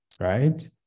right